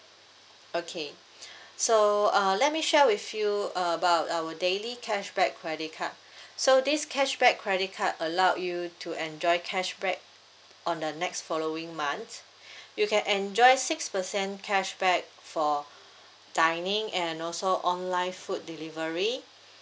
okay so uh let me share with you about our daily cashback credit card so this cashback credit card allow you to enjoy cashback on the next following months you can enjoy six percent cashback for dining and also online food delivery